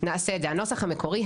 הנוסח המקורי,